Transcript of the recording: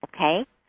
okay